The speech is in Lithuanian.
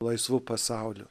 laisvu pasauliu